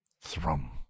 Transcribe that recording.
thrum